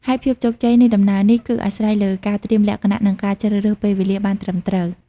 ហើយភាពជោគជ័យនៃដំណើរនេះគឺអាស្រ័យលើការត្រៀមលក្ខណៈ និងការជ្រើសរើសពេលវេលាបានត្រឹមត្រូវ។